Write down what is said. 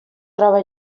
troba